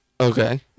Okay